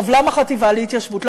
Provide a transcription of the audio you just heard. למה חטיבה להתיישבות,